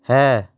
ਹੈ